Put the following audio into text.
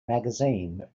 magazine